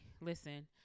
listen